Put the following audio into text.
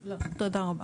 לא, תודה רבה.